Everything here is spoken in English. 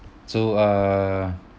so uh